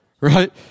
right